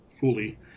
fully